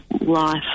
life